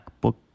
book